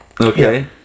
Okay